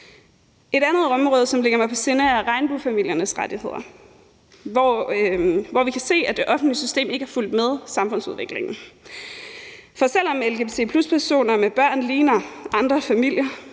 Et andet område, som ligger mig på sinde, er regnbuefamiliernes rettigheder, hvor vi kan se, at det offentlige system ikke har fulgt med samfundsudviklingen. For selv om lgbt+-personer med børn ligner andre familier,